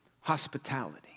hospitality